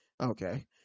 Okay